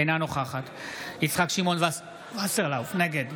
אינה נוכחת יצחק שמעון וסרלאוף, נגד